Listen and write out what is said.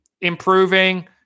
improving